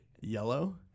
Yellow